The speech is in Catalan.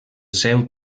seu